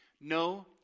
No